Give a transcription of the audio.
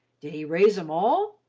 did he raise em all?